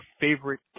favorite